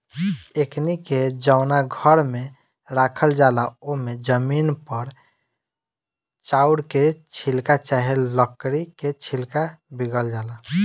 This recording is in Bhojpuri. एकनी के जवना घर में राखल जाला ओमे जमीन पर चाउर के छिलका चाहे लकड़ी के छिलका बीगल जाला